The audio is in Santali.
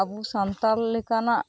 ᱟᱵᱚ ᱥᱟᱱᱛᱟᱞ ᱞᱮᱠᱟᱱᱟᱜ